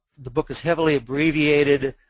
the book is heavily abbreviated